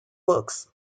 works